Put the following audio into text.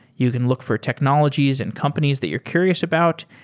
you can look for technologies and companies that you're curious about.